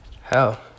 Hell